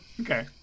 Okay